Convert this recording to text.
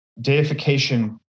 deification